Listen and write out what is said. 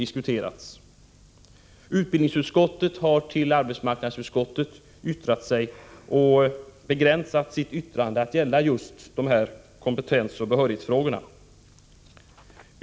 Utbildningsutskottet har i sitt yttrande till arbetsmarknadsutskottet begränsat sina synpunkter till att avse just kompetensoch behörighetsfrågorna.